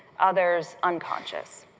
others unconscious,